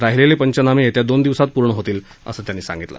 राहिलेले पंचनामे येत्या दोन दिवसांत पूर्ण होतील असं त्यांनी सांगितलं